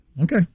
Okay